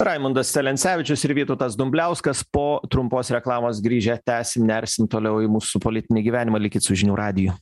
raimundas celencevičius ir vytautas dumbliauskas po trumpos reklamos grįžę tęsim nersim toliau į mūsų politinį gyvenimą likit su žinių radiju